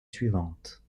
suivante